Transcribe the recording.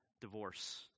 divorce